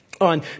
on